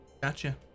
Gotcha